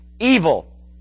Evil